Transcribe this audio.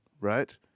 right